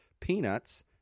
peanuts